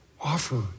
offer